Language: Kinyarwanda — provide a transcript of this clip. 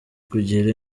kugira